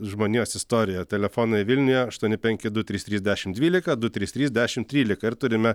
žmonijos istorijoje telefonai vilniuje aštuoni penki du trys trys dešimt dvylika du trys trys dešimt trylika ir turime